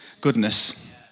goodness